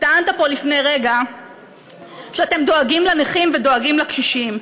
טענת פה לפני רגע שאתם דואגים לנכים ודואגים לקשישים.